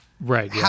right